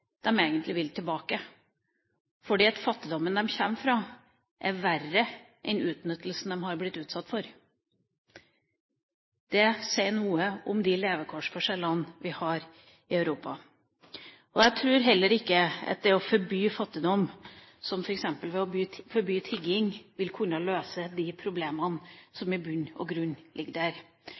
egentlig vil tilbake, fordi fattigdommen de kommer fra, er verre enn utnyttelsen de har blitt utsatt for. Det sier noe om de levekårsforskjellene vi har i Europa. Jeg tror heller ikke at det å forby fattigdom, som f.eks. ved å forby tigging, vil kunne løse de problemene som i bunn og grunn ligger der.